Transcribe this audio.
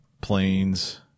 planes